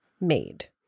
made